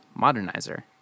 Modernizer